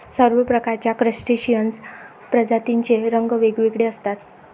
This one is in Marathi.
सर्व प्रकारच्या क्रस्टेशियन प्रजातींचे रंग वेगवेगळे असतात